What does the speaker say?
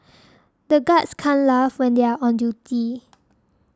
the guards can't laugh when they are on duty